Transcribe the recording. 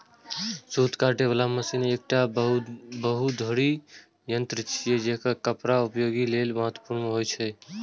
सूत काटे बला मशीन एकटा बहुधुरी यंत्र छियै, जेकर कपड़ा उद्योग लेल महत्वपूर्ण होइ छै